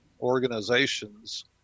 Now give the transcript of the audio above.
organizations